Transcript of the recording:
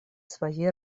своей